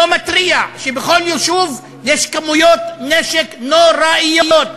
שלא מתריע, שבכל יישוב יש כמויות נשק נוראות.